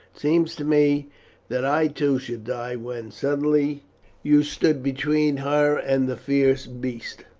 seemed to me that i too should die, when suddenly you stood between her and the fierce beast,